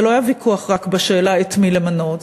זה לא היה ויכוח רק בשאלה את מי למנות,